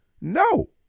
No